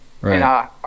Right